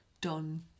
done